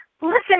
Listen